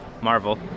marvel